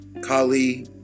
Kali